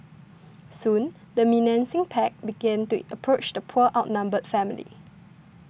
soon the menacing pack began to approach the poor outnumbered family